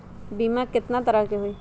बीमा केतना तरह के होइ?